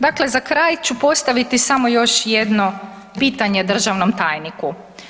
Dakle, za kraj ću postaviti samo još jedno pitanje državnom tajniku.